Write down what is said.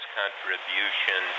contribution